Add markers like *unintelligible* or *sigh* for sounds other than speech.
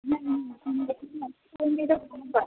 *unintelligible*